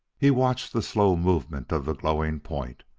he watched the slow movement of the glowing point.